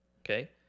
Okay